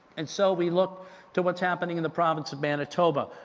and, so, we look to what's happening in the province of manitoba,